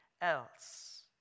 else